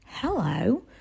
Hello